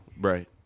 Right